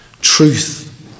Truth